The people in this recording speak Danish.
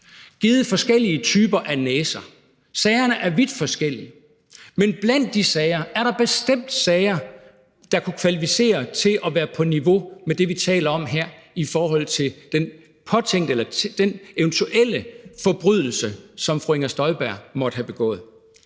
givet forskellige typer af næser. Sagerne er vidt forskellige, men blandt de sager er der bestemt sager, der kunne kvalificere til at være på niveau med det, vi taler om her, altså i forhold til den påtænkte eller den eventuelle forbrydelse, som fru Inger Støjberg måtte have begået.